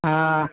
हा